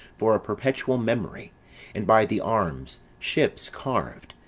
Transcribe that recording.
for a perpetual memory and by the arms, ships carved,